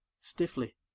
Stiffly